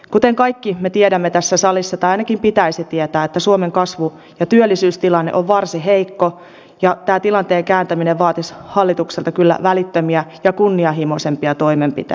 kuten kaikki me tiedämme tässä salissa tai ainakin pitäisi tietää suomen kasvu ja työllisyystilanne ovat varsin heikot ja tilanteen kääntäminen vaatisi hallitukselta kyllä välittömiä ja kunnianhimoisempia toimenpiteitä